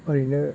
ओरैनो